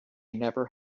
never